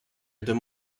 them